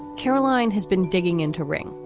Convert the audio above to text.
caroline has been digging into ring,